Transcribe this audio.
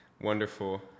Wonderful